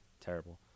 Terrible